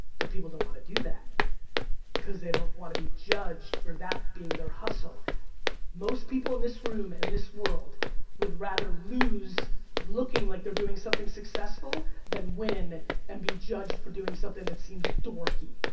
but people don't want to do that because they don't want to be judged for that being there hustle most people in this room and this world would rather lose looking like they're doing something successful than win and be judged for doing something. that seems dorky